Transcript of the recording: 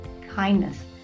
kindness